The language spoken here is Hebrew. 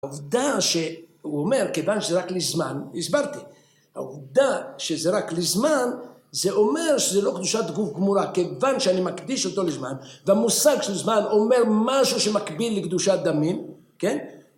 העובדה שהוא אומר, כיוון שזה רק לזמן, הסברתי. העובדה שזה רק לזמן, זה אומר שזה לא קדושת גוף גמורה, כיוון שאני מקדיש אותו לזמן, והמושג של זמן אומר משהו שמקביל לקדושת דמים, כן?